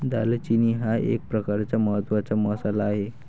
दालचिनी हा एक प्रकारचा महत्त्वाचा मसाला आहे